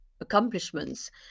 accomplishments